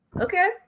Okay